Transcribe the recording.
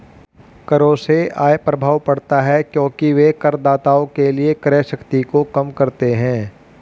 करों से आय प्रभाव पड़ता है क्योंकि वे करदाताओं के लिए क्रय शक्ति को कम करते हैं